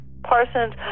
parsons